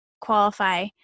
qualify